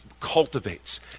cultivates